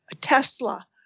Tesla